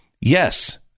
Yes